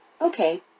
Okay